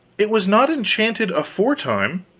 it was not enchanted aforetime,